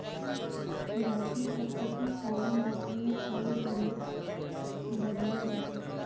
लहसुन क खेती कवने मौसम में कइल बढ़िया रही?